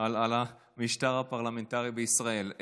על המשטר הפרלמנטרי בישראל.